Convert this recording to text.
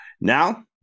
Now